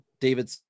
David